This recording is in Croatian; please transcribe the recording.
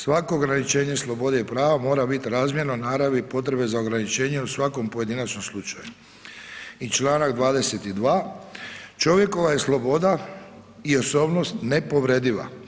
Svako ograničenje slobode i prava mora biti razmjerno naravi potrebe za ograničenje u svakom pojedinačnom slučaju i čl. 22. čovjekova je sloboda i osobnost nepovrediva.